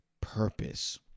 purpose